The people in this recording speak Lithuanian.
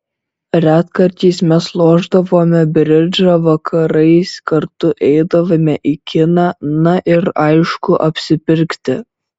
retkarčiais mes lošdavome bridžą vakarais kartu eidavome į kiną na ir aišku apsipirkti